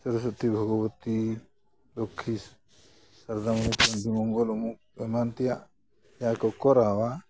ᱥᱚᱨᱚᱥᱚᱛᱤ ᱵᱷᱚᱜᱚᱵᱚᱛᱤ ᱞᱚᱠᱠᱷᱤ ᱥᱟᱨᱚᱫᱟ ᱢᱚᱝᱜᱚᱞ ᱩᱢᱩᱠ ᱮᱢᱟᱱ ᱛᱮᱭᱟᱜ ᱡᱟᱦᱟᱸᱭ ᱠᱚ ᱠᱚᱨᱟᱣᱟ